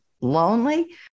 lonely